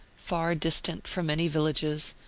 far distant from any villages,